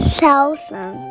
thousand